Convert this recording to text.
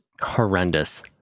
horrendous